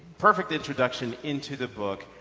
perfect introduction into the book.